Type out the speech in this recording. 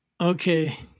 Okay